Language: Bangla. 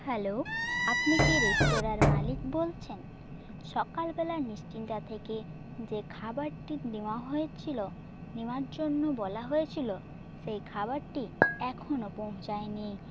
হ্যালো আপনি কে রেস্তোরাঁর মালিক বলছেন সকালবেলা নিশ্চিন্তা থেকে যে খাবারটি নেওয়া হয়েছিলো নেওয়ার জন্য বলা হয়েছিলো সেই খাবারটি এখনো পৌঁছায়নি